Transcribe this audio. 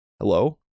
hello